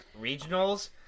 regionals